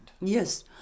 Yes